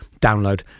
download